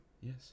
yes